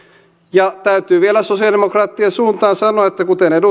ja täytyy vielä sosiaalidemokraattien suuntaan sanoa että kuten